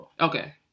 Okay